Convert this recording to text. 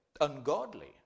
ungodly